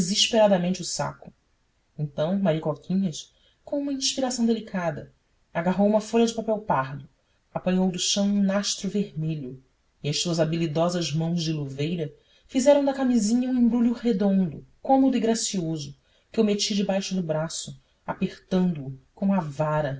saco então maricoquinhas com uma inspiração delicada agarrou uma folha de papel pardo apanhou do chão um nastro vermelho e as suas